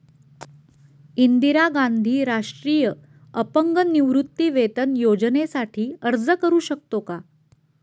इंदिरा गांधी राष्ट्रीय अपंग निवृत्तीवेतन योजनेसाठी अर्ज करू शकतो का?